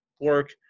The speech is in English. work